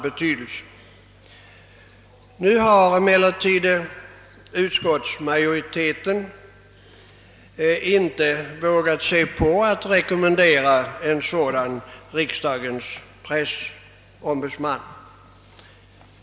Utskottsmajoriteten har emellertid inte vågat sig på att rekommendera en sådan riksdagens pressombudsman.